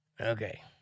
Okay